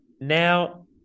now